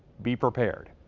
be prepared.